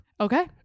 Okay